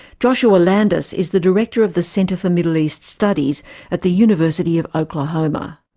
joshua landis is the director of the center for middle east studies at the university of oklahoma.